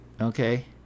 Okay